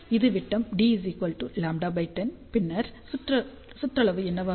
இது விட்டம் dλ10 பின்னர் சுற்றளவு என்னவாக இருக்கும் C πd